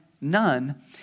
none